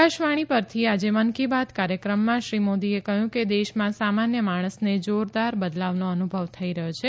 આકાશવાણી પરથી આજે મન કી બાત કાર્યક્રમમાં શ્રી મોદીએ કહ્યું કે દેશમાં સામાન્ય માણસને જોરદાર બદલાવનો અનુભવ થઇ રહ્યો છે